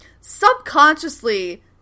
Subconsciously